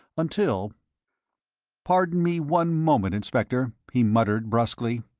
until pardon me one moment, inspector, he muttered, brusquely.